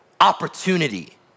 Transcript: opportunity